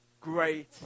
great